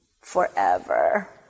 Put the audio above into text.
forever